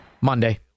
monday